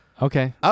Okay